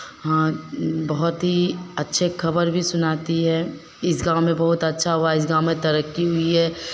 हाँ बहुत ही अच्छे खबर भी सुनाती है इस गाँव में बहुत अच्छा हुआ इस गाँव में तरक्की हुई है